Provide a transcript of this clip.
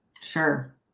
sure